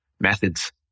methods